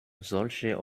solche